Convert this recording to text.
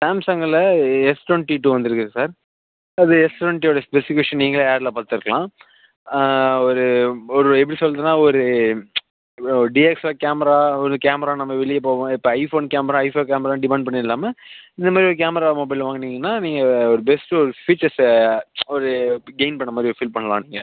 சாம்சங்கில் S twenty two வந்திருக்கு sir அது எஸ் டொண்ட்டியோட ஸ்பெஸிஃபிகேஷன் நீங்களே ஆடில் பார்த்துருக்கலாம் ஒரு ஒரு எப்படி சொல்கிறதுன்னா ஒரு ஒரு டிஎஸ்ஆர் கேமரா ஒரு கேமரா நம்ம வெளியே போவோம் இப்போ iPhone camera I five camera demand பண்ணி இல்லாமல் இந்தமாதிரி ஒரு கேமரா மொபைல் வாங்குனீங்கன்னா நீங்கள் ஒரு பெஸ்ட்டு ஒரு ஃபீச்சர்ஸை ஒரு கெயின் பண்ண மாதிரி ஒரு ஃபீல் பண்ணலாம் நீங்கள்